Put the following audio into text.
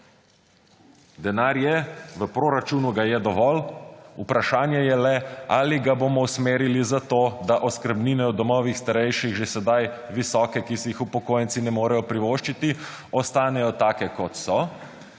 Denar je, v proračunu ga je dovolj. Vprašanje je le, ali ga bomo usmerili za to, da oskrbnine v domovih starejših, že sedaj visoke, ki si jih upokojenci ne morejo privoščiti, ostanejo take, kot so,